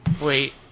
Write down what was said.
Wait